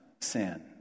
sin